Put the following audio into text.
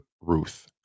Ruth